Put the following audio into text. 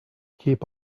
keep